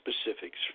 specifics